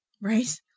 Right